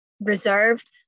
reserved